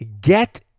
Get